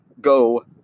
go